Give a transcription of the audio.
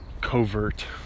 covert